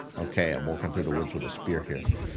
ok, i walking through the woods with a spear here.